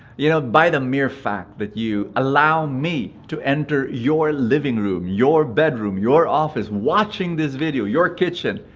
you know, by the mere fact that you allow me to enter your living room, your bedroom, your office watching this video, your kitchen,